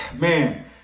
man